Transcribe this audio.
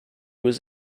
was